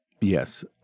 Yes